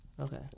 Okay